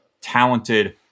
talented